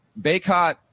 Baycott